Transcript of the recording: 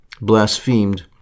blasphemed